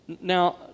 Now